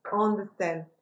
understand